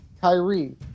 Kyrie